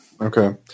Okay